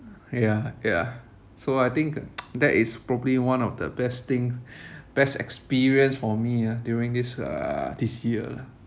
ya ya so I think that is probably one of the best thing best experience for me ah during this uh this year